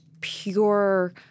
pure